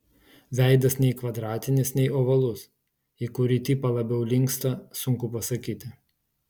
veidas nei kvadratinis nei ovalus į kurį tipą labiau linksta sunku pasakyti